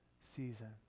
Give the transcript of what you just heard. season